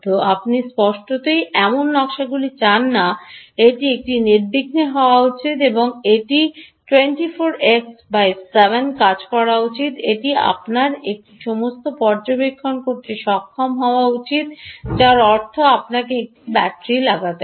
আপনি স্পষ্টতই এমন নকশাগুলি চান না এটি এটি নির্বিঘ্ন হওয়া উচিত এটি 24 x 7 কাজ করা উচিত এটি আপনার এবং এটির জন্য সমস্ত কিছু পর্যবেক্ষণ করতে সক্ষম হওয়া উচিত যার অর্থ আপনাকে একটি ব্যাটারি লাগাতে হবে